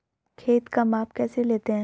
खेत का माप कैसे लेते हैं?